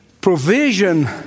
provision